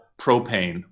propane